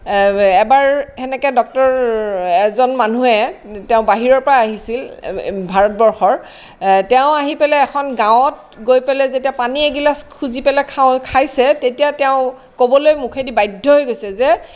এবাৰ সেনেকে ডক্টৰ এজন মানুহে তেওঁ বাহিৰৰ পৰা আহিছিল ভাৰতবৰ্ষৰ তেওঁ আহি পেলাই এখন গাঁৱত গৈ পেলাই যেতিয়া পানী এগিলাছ খুজি পেলাই খাওঁ খাইছে তেতিয়া তেওঁ ক'বলৈ মুখেদি বাধ্য হৈ গৈছে যে